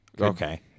Okay